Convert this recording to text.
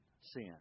sin